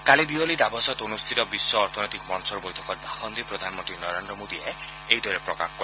কালি বিয়লি ডাভ ছত অনুষ্ঠিত বিশ্ব অৰ্থনৈতিক মঞ্চৰ বৈঠকত ভাষণ দি প্ৰধানমন্তী নৰেন্দ্ৰ মোদীয়ে এইদৰে প্ৰকাশ কৰে